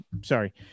sorry